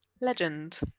Legend